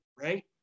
right